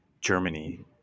Germany